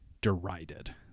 derided